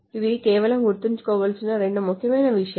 ఇవి కేవలం గుర్తుంచుకోవలసిన రెండు ముఖ్యమైన విషయాలు